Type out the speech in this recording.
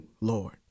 Lord